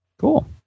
Cool